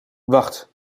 wacht